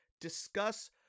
Discuss